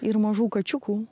ir mažų kačiukų